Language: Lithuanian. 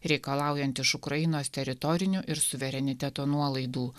reikalaujant iš ukrainos teritorinių ir suvereniteto nuolaidų